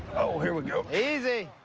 oh, here we go. easy.